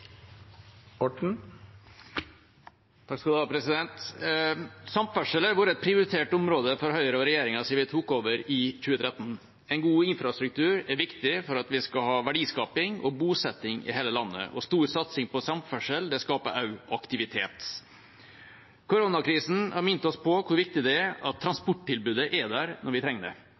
et prioritert område for Høyre og regjeringa siden vi tok over i 2013. En god infrastruktur er viktig for at vi skal ha verdiskaping og bosetting i hele landet. Stor satsing på samferdsel skaper også aktivitet. Koronakrisen har minnet oss om hvor viktig det er at transporttilbudet er der når vi trenger det.